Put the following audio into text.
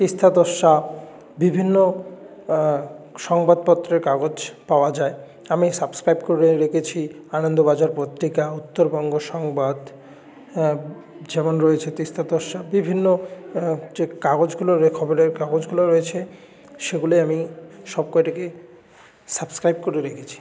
তিস্তা তোর্সা বিভিন্ন সংবাদপত্রের কাগজ পাওয়া যায় আমি সাবস্ক্রাইব করে রেখেছি আনন্দবাজার পত্রিকা উত্তরবঙ্গ সংবাদ যেমন রয়েছে তিস্তা তোর্সা বিভিন্ন যে কাগজগুলো খবরের কাগজগুলো রয়েছে সেগুলো আমি সবকটিকে সাবস্ক্রাইব করে রেখেছি